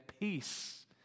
peace